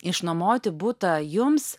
išnuomoti butą jums